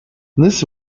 this